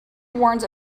warns